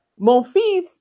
Monfils